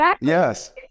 Yes